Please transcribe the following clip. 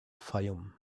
fayoum